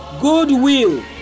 Goodwill